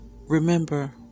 Remember